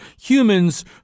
humans